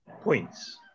points